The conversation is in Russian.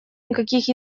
никаких